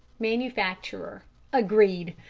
manufacturer agreed.